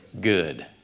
good